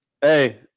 hey